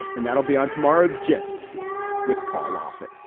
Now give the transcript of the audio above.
and that'll be on tomorrow's jest with paul offit